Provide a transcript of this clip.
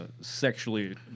sexually